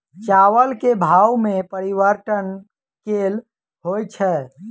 चावल केँ भाव मे परिवर्तन केल होइ छै?